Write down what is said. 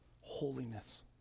holiness